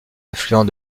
affluent